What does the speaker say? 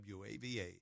WAVA